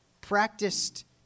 practiced